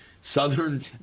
Southern